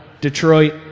Detroit